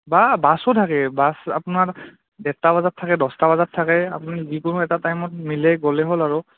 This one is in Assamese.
বা বাছো থাকে বাছ আপোনাৰ ডেৰটা বজাত থাকে দহটা বজাত থাকে আপুনি যিকোনো এটা টাইমত মিলেই গ'লে হ'ল আৰু